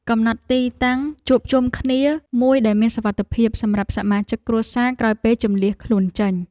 កំណត់ទីតាំងជួបជុំគ្នាមួយដែលមានសុវត្ថិភាពសម្រាប់សមាជិកគ្រួសារក្រោយពេលជម្លៀសខ្លួនចេញ។